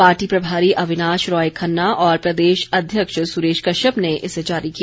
party प्रभारी अविनाश राय खन्ना और प्रदेश अध्यक्ष सुरेश कश्यप ने इसे जारी किया